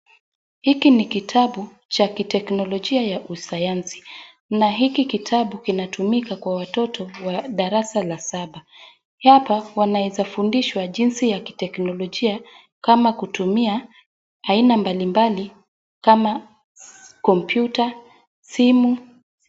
Hiki ni kitabu cha kiteknolojia ya usayansi, na hiki kitabu kinatumika kwa watoto wa darasa la saba. Hapa wanaweza fundishwa jinsi ya kiteknolojia kama kutumia aina mbalimbali kama computer , simu.